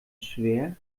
schwer